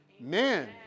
amen